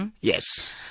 yes